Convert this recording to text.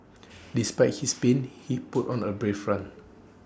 despite his pain he put on A brave front